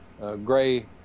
gray